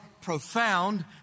profound